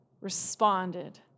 responded